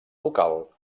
local